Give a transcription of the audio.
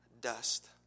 dust